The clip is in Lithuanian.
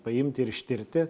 paimti ir ištirti